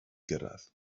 gyrraedd